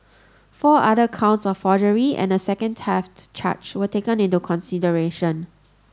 four other counts of forgery and a second theft charge were taken into consideration